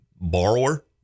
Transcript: borrower